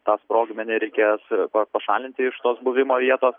tą sprogmenį reikės pa pašalinti iš tos buvimo vietos